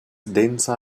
densa